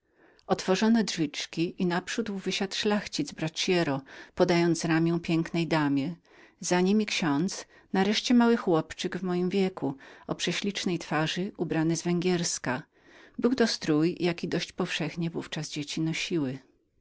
otworzono drzwiczki i naprzód wysiadł jakiś pan z panią za niemi ksiądz nareszcie mały chłopczyk mego wieku prześlicznej twarzy ubrany w bogatą węgierkę strój jaki powszechnie w ówczas pańskie dzieci nosiłynosiły